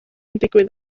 digwydd